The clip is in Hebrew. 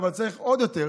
אבל צריך עוד יותר.